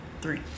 three